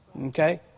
Okay